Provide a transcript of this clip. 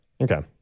Okay